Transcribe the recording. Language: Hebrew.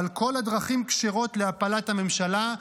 אבל כל הדרכים כשרות להפלת הממשלה,